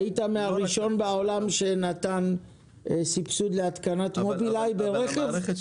היית מן הראשונים בעולם שנתן סבסוד להתקנת מוביליי ברכב.